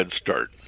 start